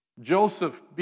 Joseph